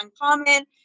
uncommon